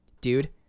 dude